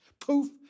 poof